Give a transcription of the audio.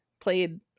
played